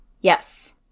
Yes